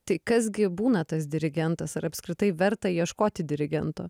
tai kas gi būna tas dirigentas ar apskritai verta ieškoti dirigento